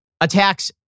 attacks